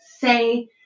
say